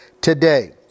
today